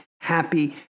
happy